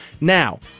Now